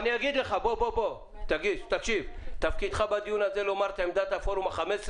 אני אגיד לך: תפקידך בדיון הזה לומר מהי עמדת פורום ה-15,